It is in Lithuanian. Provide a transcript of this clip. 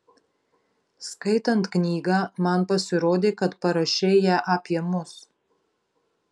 skaitant knygą man pasirodė kad parašei ją apie mus